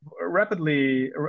rapidly